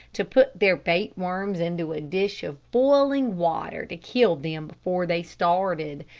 to put their bait worms into a dish of boiling water to kill them before they started,